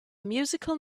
musical